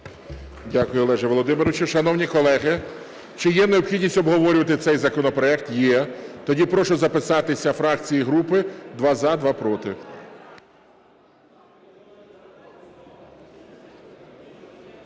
Дякую, Олеже Володимировичу. Шановні колеги, чи є необхідність обговорювати цей законопроект? Є. Тоді прошу записатися фракції і групи: два – за, два – проти.